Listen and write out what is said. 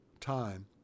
time